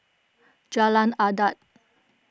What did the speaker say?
Jalan Adat